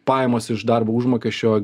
pajamos iš darbo užmokesčio